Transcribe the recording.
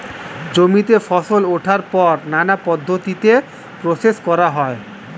জমিতে ফসল ওঠার পর নানা পদ্ধতিতে প্রসেস করা হয়